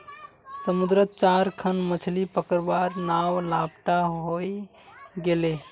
समुद्रत चार खन मछ्ली पकड़वार नाव लापता हई गेले